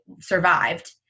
survived